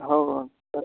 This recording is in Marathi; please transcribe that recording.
हो तर